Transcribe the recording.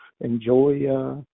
enjoy